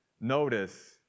notice